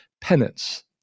penance